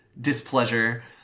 displeasure